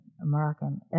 Moroccan